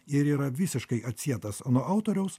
ir yra visiškai atsietas nuo autoriaus